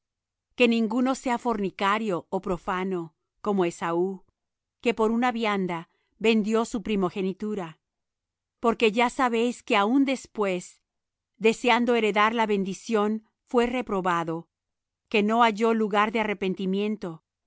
que ninguno sea fornicario ó profano como esaú que por una vianda vendió su primogenitura porque ya sabéis que aun después deseando heredar la bendición fue reprobado que no halló lugar de arrepentimiento aunque la procuró con